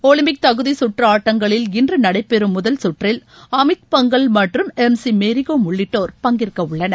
Olympic தகுதிச் சுற்று ஆட்டங்களில் இன்று நடைபெறும் முதல் சுற்றில் அமித் பங்கல் மற்றும் எம் சி மேரிகோம் உள்ளிட்டோர் பங்கேற்கவுள்ளனர்